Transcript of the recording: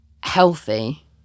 healthy